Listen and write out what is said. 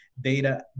data